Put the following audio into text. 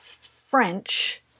French